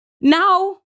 Now